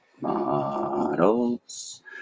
Models